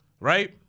right